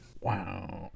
Wow